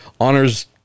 Honors